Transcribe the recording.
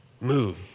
move